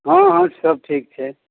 हँ हँ सब ठीक छै